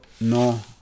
No